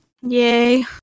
Yay